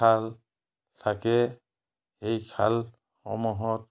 খাল থাকে সেই খালসমূহত